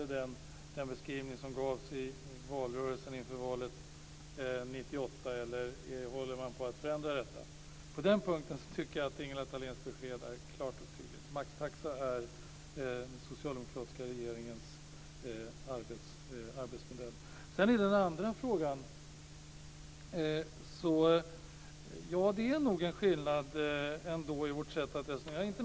Är det den beskrivning som gavs i valrörelsen inför valet 1998 som gäller eller håller man på att förändra detta? På den punkten tycker jag att Ingela Thaléns besked är klart och tydligt. Maxtaxa är den socialdemokratiska regeringens arbetsmodell. Sedan är det den andra frågan. Det är nog ändå en skillnad i vårt sätt att resonera.